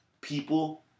people